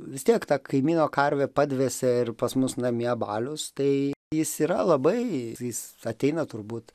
vis tiek ta kaimyno karvė padvėsė ir pas mus namie balius tai jis yra labai jis ateina turbūt